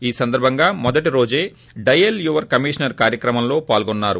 ఈ సందర్సంగా మొదటి రోజే డయల్ యువర్ కమిషనర్ కార్యక్రమంలో వార్గొన్నారు